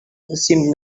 seemed